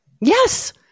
Yes